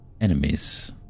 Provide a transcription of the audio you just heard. enemies